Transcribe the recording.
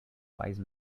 wise